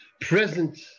present